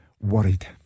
worried